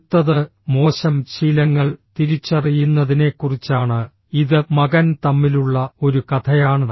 അടുത്തത് മോശം ശീലങ്ങൾ തിരിച്ചറിയുന്നതിനെക്കുറിച്ചാണ് ഇത് മകൻ തമ്മിലുള്ള ഒരു കഥയാണ്